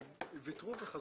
הם ויתרו וחזרו.